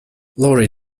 laurie